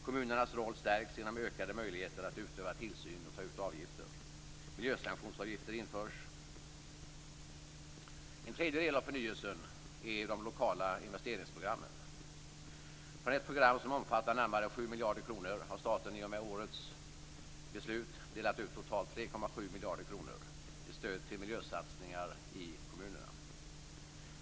· Kommunernas roll stärks genom ökade möjligheter att utöva tillsyn och ta ut avgifter. En tredje del av förnyelsen är de lokala investeringsprogrammen. Från ett program som omfattar närmare 7 miljarder kronor har staten i och med årets beslut delat ut totalt 3,7 miljarder kronor i stöd till miljösatsningar i kommunerna.